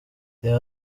reba